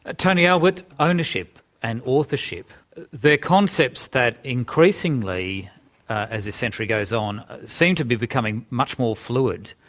ah tony albert, ownership and authorship they're concepts that increasingly as the century goes on, seem to be becoming much more fluid,